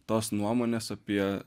tos nuomonės apie